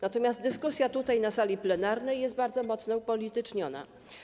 Natomiast dyskusja na sali plenarnej jest bardzo mocno upolityczniona.